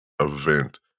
event